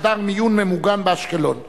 חדר מיון ממוגן באשקלון.